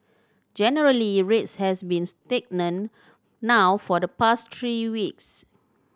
generally rates has been stagnant now for the past three weeks